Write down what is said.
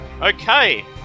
Okay